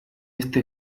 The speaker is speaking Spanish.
este